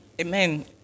Amen